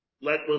let